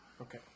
Okay